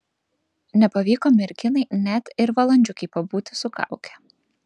nepavyko merginai net ir valandžiukei pabūti su kauke